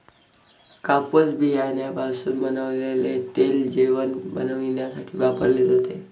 कापूस बियाण्यापासून बनवलेले तेल जेवण बनविण्यासाठी वापरले जाते